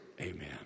Amen